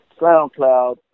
SoundCloud